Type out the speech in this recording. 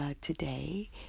today